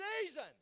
season